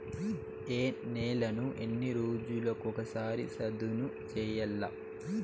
ఏ నేలను ఎన్ని రోజులకొక సారి సదును చేయల్ల?